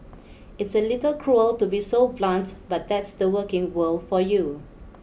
it's a little cruel to be so blunt but that's the working world for you